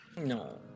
no